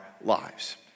lives